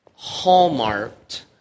hallmarked